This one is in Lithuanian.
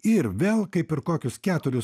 ir vėl kaip ir kokios keturis